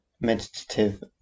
meditative